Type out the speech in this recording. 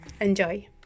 enjoy